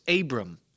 Abram